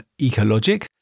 Ecologic